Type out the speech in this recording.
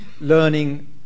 learning